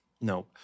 No